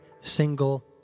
single